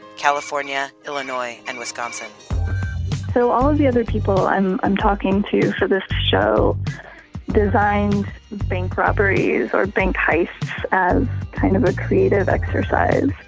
california, illinois, and wisconsin so all of the other people i'm i'm talking to for this show designed bank robberies or bank heists as kind of a creative exercise.